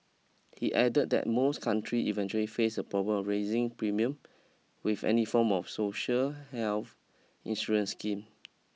he added that most countries eventually face the problem of rising premium with any form of social health insurance scheme